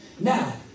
Now